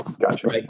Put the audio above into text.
Gotcha